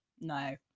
No